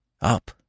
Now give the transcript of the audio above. Up